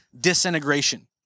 disintegration